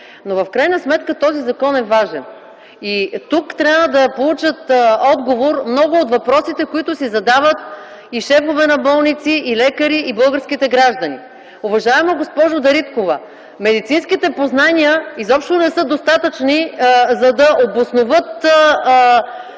Но в крайна сметка този закон е важен и тук трябва да получат отговор много от въпросите, които си задават и шефове на болници, и лекари, и българските граждани. (Реплики.) Уважаема госпожо Дариткова, медицинските познания изобщо не са достатъчни, за да обосноват